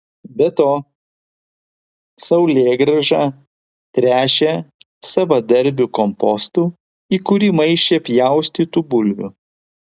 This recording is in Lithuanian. be to saulėgrąžą tręšė savadarbiu kompostu į kurį maišė pjaustytų bulvių